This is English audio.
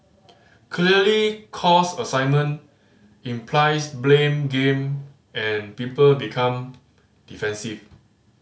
clearly 'cause assignment' implies blame game and people become defensive